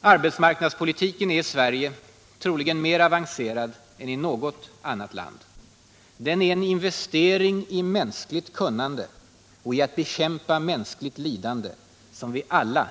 Arbetsmarknadspolitiken är i Sverige troligen mer avancerad än i något annat land. Den är en investering i mänskligt kunnande och i att bekämpa mänskligt lidande, som vi alla